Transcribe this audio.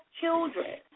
children